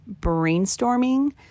brainstorming